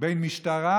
בין משטרה,